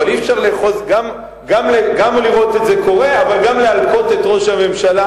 אבל אי-אפשר גם לראות את זה קורה וגם להלקות את ראש הממשלה,